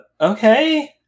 Okay